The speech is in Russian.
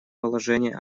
положения